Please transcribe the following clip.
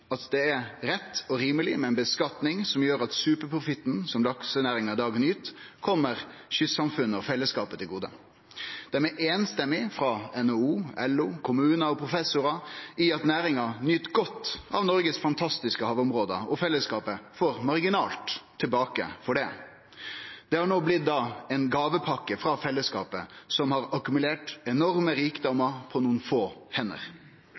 dag nyt, kjem kystsamfunna og fellesskapet til gode. NHO, LO, kommunar og professorar er einstemmige i at næringa nyt godt av Noregs fantastiske havområde, og fellesskapet får marginalt tilbake for det. Det har no blitt ei gåvepakke frå fellesskapet som har akkumulert enorme rikdomar på nokre få hender.